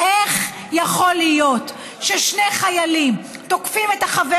איך יכול להיות ששני חיילים תוקפים את החבר